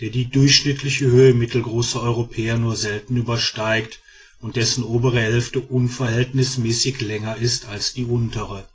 der die durchschnittliche höhe mittelgroßer europäer nur selten übersteigt und dessen obere hälfte unverhältnismäßig länger ist als die untere